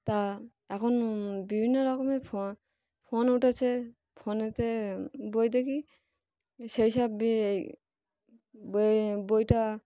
তা এখন বিভিন্ন রকমের ফ ফোন উঠেছে ফোনেতে বই দেখি সেই সব বইয়ে বইটা